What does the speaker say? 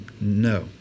No